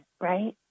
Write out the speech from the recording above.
Right